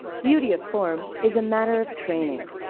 beauty of form is a matter of training.